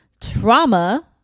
trauma